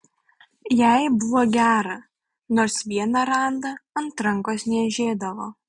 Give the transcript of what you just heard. jai buvo gera nors vieną randą ant rankos niežėdavo